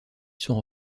sont